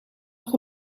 nog